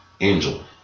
Angel